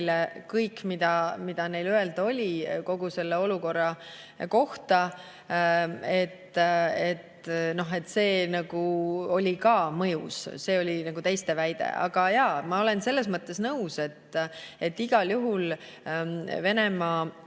kõik, mida neil öelda oli kogu selle olukorra kohta. See oli ka mõjus." Niisugune oli teiste väide. Aga jaa, ma olen selles mõttes nõus, et igal juhul Venemaa